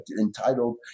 entitled